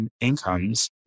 incomes